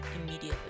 immediately